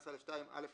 15א2. (א)(1)